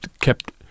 kept